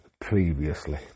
previously